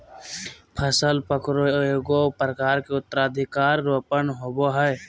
फसल पकरो एगो प्रकार के उत्तराधिकार रोपण होबय हइ